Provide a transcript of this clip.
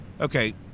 okay